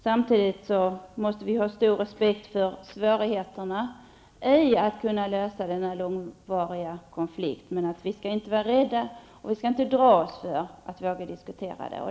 Samtidigt måste vi ha förståelse för svårigheterna att lösa denna långvariga konflikt. Vi skall inte dra oss för att diskutera den.